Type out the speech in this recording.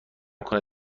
کنه